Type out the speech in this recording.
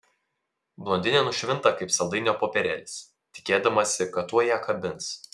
blondinė nušvinta kaip saldainio popierėlis tikėdamasi kad tuoj ją kabins